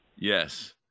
Yes